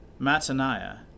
Mataniah